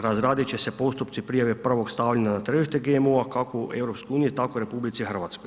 Razradit će se postupci prijave prvog stavljanja na tržište GMO-a, kako EU, tako i RH.